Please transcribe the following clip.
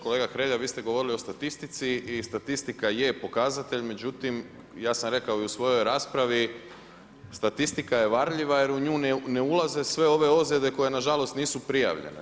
Kolega Hrelja, vi ste govorili o statistici i statistika je pokazatelj, međutim ja sam rekao i u svojoj raspravi, statistika je varljiva jer u nju ne ulaze sve ove ozljede koje nažalost nije prijavljene.